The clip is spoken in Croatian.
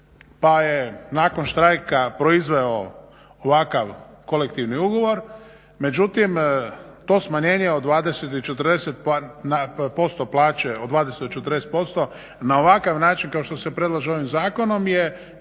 pa je nakon štrajka proizveo ovakav kolektivni ugovor. Međutim, to smanjenje od 20 i 40% plaće od 20-40% na ovakav način kao što se predlaže ovim zakonom je